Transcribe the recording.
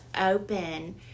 open